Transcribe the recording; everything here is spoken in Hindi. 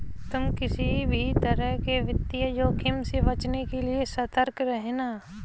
तुम किसी भी तरह के वित्तीय जोखिम से बचने के लिए सतर्क रहना